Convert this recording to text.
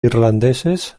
irlandeses